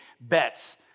bets